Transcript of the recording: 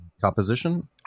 composition